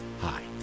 Hi